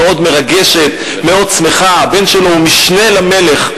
מרגשת, מאוד שמחה, הבן שלו הוא משנה למלך.